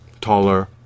taller